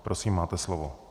Prosím, máte slovo.